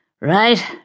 Right